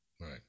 Right